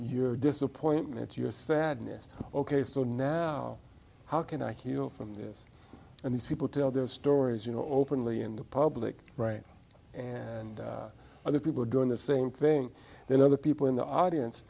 your disappointment your sadness ok so now how can i kill from this and these people tell their stories you know openly in the public right and other people doing the same thing then other people in the audience